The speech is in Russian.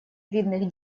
видных